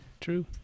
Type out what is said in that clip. True